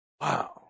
Wow